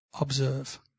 Observe